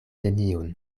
neniun